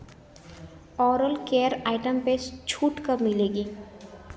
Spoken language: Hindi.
ओरल केयर आइटम्स पर छूट कब मिलेगी